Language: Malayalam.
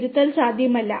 തിരുത്തൽ സാധ്യമല്ല